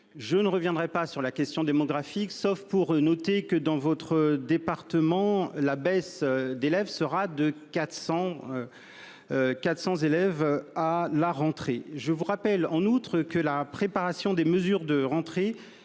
je ne reviendrai pas sur la question démographique, sauf pour noter que, dans votre département, la baisse du nombre d'élèves sera de 400 enfants à la rentrée. Je vous rappelle, en outre, que la préparation des mesures de rentrée